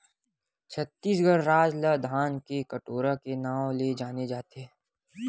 छत्तीसगढ़ राज ल धान के कटोरा के नांव ले जाने जाथे